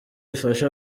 ifashe